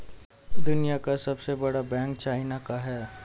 दुनिया का सबसे बड़ा बैंक चाइना का है